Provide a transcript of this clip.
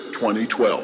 2012